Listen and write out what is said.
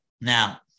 now